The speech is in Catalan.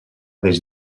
des